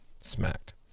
smacked